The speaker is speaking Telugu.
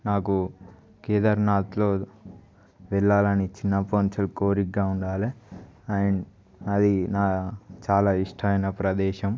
నాకు కేదర్నాథ్కు వెళ్ళాలని చిన్నప్పటినుంచి కోరిక ఉన్నది అండ్ అది నా చాలా ఇష్టమైన ప్రదేశం